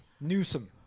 Newsom